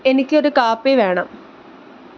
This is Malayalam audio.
എനിക്ക് ഒരു കാപ്പി വേണം